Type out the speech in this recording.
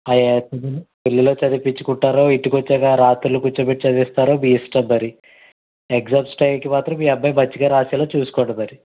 పెళ్ళిలో చదివించుకుంటారో ఇంటికి వచ్చాక రాత్రులు కూర్చోపెట్టి చదివిస్తారో మీ ఇష్టం మరి ఎగ్జామ్స్ టైమ్కి మాత్రం మీ అబ్బాయి మంచిగా రాసేలా చూసుకోండి మరి